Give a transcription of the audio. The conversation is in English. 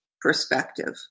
perspective